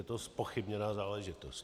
Je to zpochybněná záležitost.